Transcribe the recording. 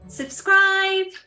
subscribe